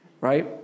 Right